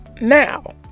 now